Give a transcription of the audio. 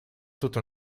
tutto